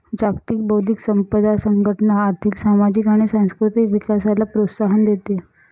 जागतिक बौद्धिक संपदा संघटना आर्थिक, सामाजिक आणि सांस्कृतिक विकासाला प्रोत्साहन देते